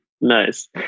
Nice